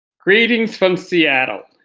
greetings from seattle.